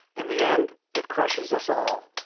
in the end, it crushes us all.